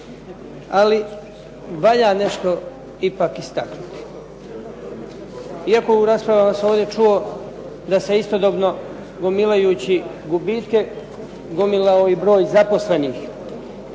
Ali valja nešto ipak istaknuti. Iako u raspravama sam ovdje čuo da se istodobno gomilajući gubitke gomilao i broj zaposlenih.